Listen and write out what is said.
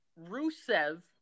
Rusev